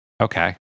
okay